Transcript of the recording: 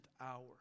hour